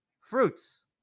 fruits